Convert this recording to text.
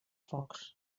focs